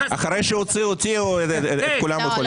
אחרי שהוא הוציא אותי את כולם הוא יכול להוציא.